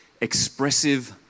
expressive